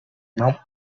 não